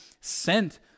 sent